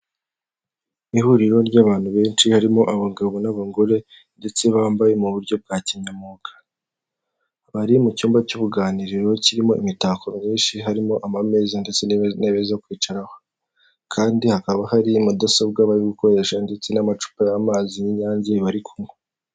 Ni ihuriro ry'abantu benshi harimo abagabo n'abagore ndetse bambaye mu buryo bwa kinyamuga, bari mu cyumba cy'uruganiriro kirimo imitako myinshi harimo ameza n' intebe zo kwicaraho kandi hakaba hari mudasobwa bari gukoresha ndetse n'amacupa y'amazi n'inyange bari kunywa.